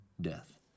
death